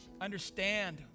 understand